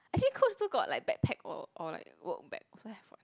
actually Coach also got like bag pack or or like work bag also have [what]